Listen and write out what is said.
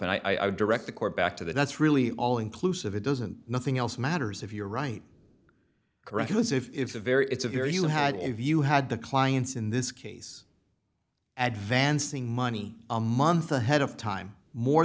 and i direct the court back to that that's really all inclusive it doesn't nothing else matters if you're right correct it was if a very it's a very you had if you had the clients in this case advents ing money a month ahead of time more